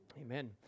Amen